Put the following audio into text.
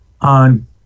On